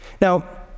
Now